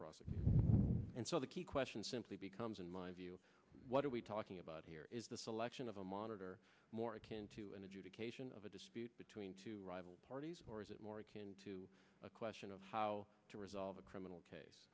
prosecute and so the key question simply becomes in my view what are we talking about here is the selection of a monitor more akin to an adjudication of a dispute between two rival parties or is it more akin to a question of how to resolve a criminal case